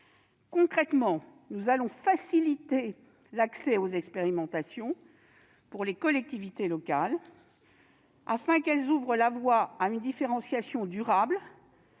Concrètement, nous allons faciliter l'accès aux expérimentations pour les collectivités locales, afin d'ouvrir la voie à une différenciation durable,